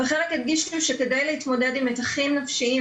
וחלק הדגישו שכדי להתמודד עם מתחים נפשיים,